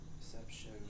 Perception